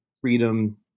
freedom